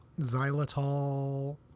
xylitol